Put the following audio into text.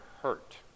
hurt